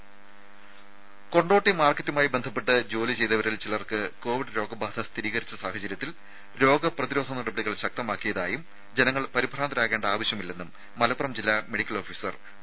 രുമ കൊണ്ടോട്ടി മാർക്കറ്റുമായി ബന്ധപ്പെട്ട് ജോലി ചെയ്തവരിൽ ചിലർക്ക് കോവിഡ് രോഗബാധ സ്ഥിരീകരിച്ച സാഹചര്യത്തിൽ രോഗ പ്രതിരോധ നടപടികൾ ശക്തമാക്കിയതായും ജനങ്ങൾ പരിഭ്രാന്തരാകേണ്ട ആവശ്യമില്ലെന്നും മലപ്പുറം ജില്ലാ മെഡിക്കൽ ഓഫീസർ ഡോ